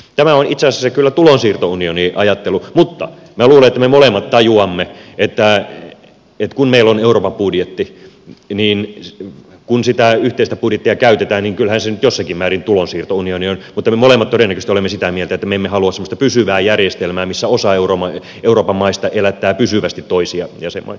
tämä on itse asiassa kyllä tulonsiirtounioniajattelua ja minä luulen että me molemmat tajuamme että kun meillä on euroopan budjetti ja kun sitä yhteistä budjettia käytetään niin kyllähän se nyt jossakin määrin tulonsiirtounioni on mutta me molemmat todennäköisesti olemme sitä mieltä että me emme halua semmoista pysyvää järjestelmää missä osa euroopan maista elättää pysyvästi toisia jäsenmaita